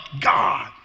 God